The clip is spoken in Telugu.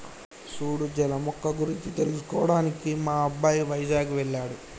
సూడు జల మొక్క గురించి తెలుసుకోవడానికి మా అబ్బాయి వైజాగ్ వెళ్ళాడు